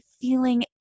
feeling